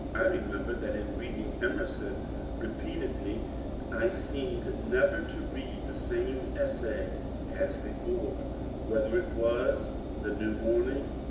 i remember that in reading emerson repeatedly i seemed never to read the same essay as before whether it was the new morning,